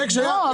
הרי --- לא,